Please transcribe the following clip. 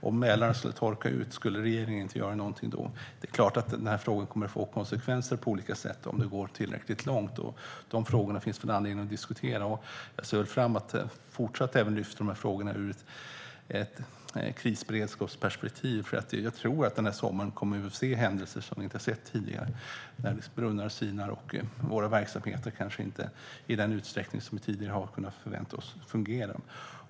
Om Mälaren skulle torka ut, skulle regeringen inte göra någonting då? Det är klart att den här frågan kommer att få konsekvenser på olika sätt, om det går tillräckligt långt. Det finns anledning att diskutera dessa frågor. Jag ser fram emot att fortsätta att diskutera dem ur ett krisberedskapsperspektiv. Under den här sommaren kommer vi nog att få se händelser som vi inte har sett tidigare då brunnar sinar och verksamheter inte fungerar i den utsträckning som vi tidigare har kunnat förvänta oss.